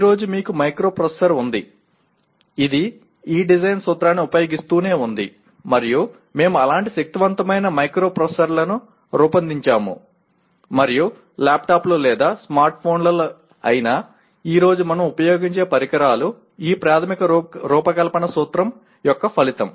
ఈ రోజు మీకు మైక్రోప్రాసెసర్ ఉంది ఇది ఈ డిజైన్ సూత్రాన్ని ఉపయోగిస్తూనే ఉంది మరియు మేము అలాంటి శక్తివంతమైన మైక్రోప్రాసెసర్లను రూపొందించాము మరియు ల్యాప్టాప్లు లేదా స్మార్ట్ఫోన్లు అయినా ఈ రోజు మనం ఉపయోగించే పరికరాలు ఈ ప్రాథమిక రూపకల్పన సూత్రం యొక్క ఫలితం